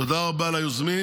תודה רבה ליוזמים,